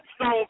Stone